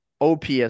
OPS